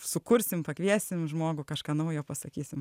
sukursim pakviesim žmogų kažką naujo pasakysim